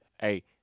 Hey